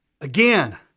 Again